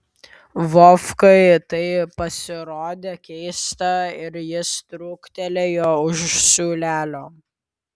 vovkai tai pasirodė keista ir jis trūktelėjo už siūlelio